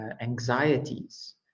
anxieties